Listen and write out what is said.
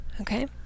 Okay